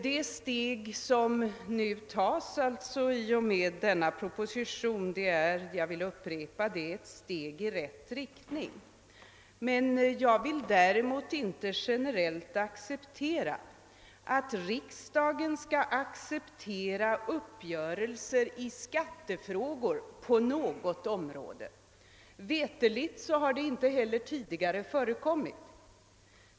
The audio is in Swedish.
Det steg som nu tas om propositionens förslag bifalles är alltså, det vill jag upprepa, ett steg i rätt riktning. Däremot vill jag inte generellt acceptera att riksdagen skall godkänna uppgörelser i skattefrågor på något område. Mig veterligt har sådana inte heller tidigare träffats.